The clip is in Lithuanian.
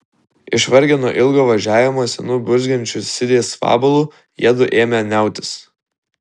išvargę nuo ilgo važiavimo senu burzgiančiu sidės vabalu jiedu ėmė niautis